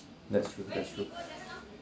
that's true that's true